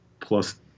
plus